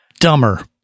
dumber